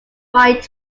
point